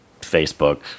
Facebook